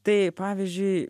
tai pavyzdžiui